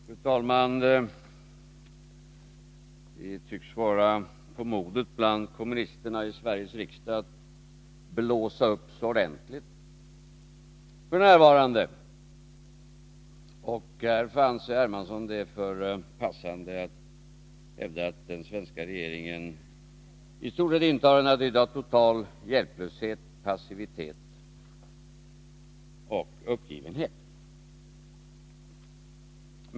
Fru talman! Det tycks vara på modet bland kommunisterna i Sveriges riksdag att blåsa upp sig ordentligt f. n. Här fann C.-H. Hermansson det vara passande att hävda att den svenska regeringen i stort sett intar en attityd av total hjälplöshet, passivitet och uppgivenhet.